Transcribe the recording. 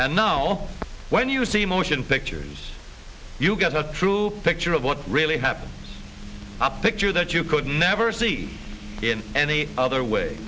and now when you see motion pictures you get a true picture of what really happened up picture that you could never see in any other way